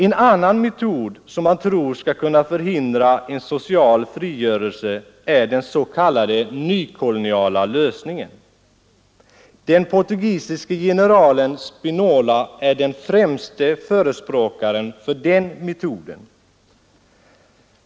En annan metod, som man tror skall kunna förhindra en social frigörelse, är den s.k. nykoloniala lösningen. Den portugisiske generalen Spinola är den främste förespråkaren för den metoden.